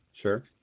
Sure